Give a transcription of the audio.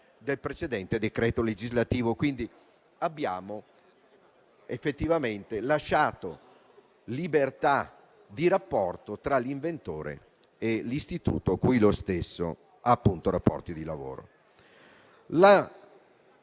del precedente decreto legislativo. Quindi abbiamo effettivamente lasciato libertà di rapporto tra l'inventore e l'istituto con cui lo stesso ha rapporti di lavoro.